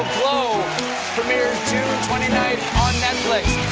glow premieres june twenty nine on netflix.